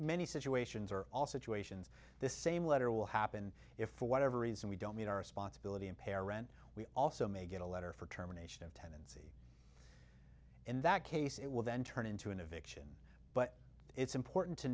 many situations or all situations the same letter will happen if for whatever reason we don't meet our responsibility in pair rent we also may get a letter for terminations in that case it will then turn into an eviction but it's important to